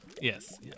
Yes